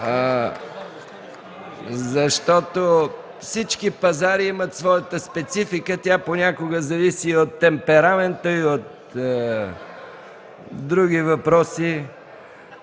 защото всички пазари имат своята специфика. Тя понякога зависи от темперамента и от други въпроси.